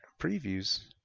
previews